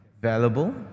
valuable